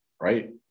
Right